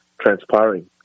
transpiring